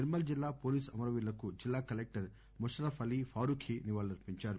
నిర్మల్ జిల్లా పోలీసు అమరవీరులకు జిల్లా కలెక్టర్ ముషారఫ్ అలీ ఫారూఖీ నివాళులర్పించారు